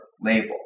label